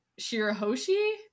Shirahoshi